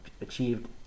achieved